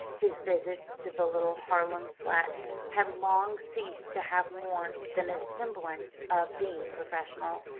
his visits to the little harlem flat had long ceased to have more than a semblance of being professional,